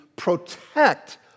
Protect